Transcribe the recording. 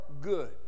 good